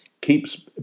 keeps